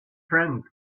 friend